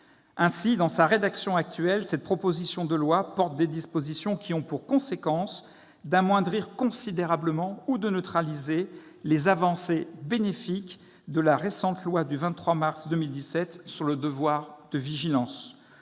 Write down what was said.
Ainsi, dans sa rédaction actuelle, cette proposition de loi porte des dispositions qui ont pour conséquence d'amoindrir considérablement ou de neutraliser les avancées bénéfiques de la récente loi du 27 mars 2017 relative au devoir de vigilance